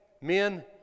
men